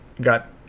got